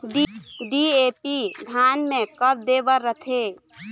DAP धान मे कब दे बर रथे?